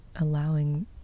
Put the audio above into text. allowing